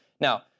Now